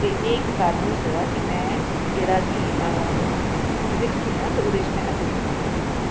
ते एह् इक कारण होई सकदा जेह्ड़ा कि में फिज़िक्स च प्रोफैसर बनी आं